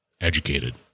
educated